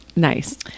Nice